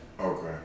Okay